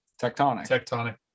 tectonic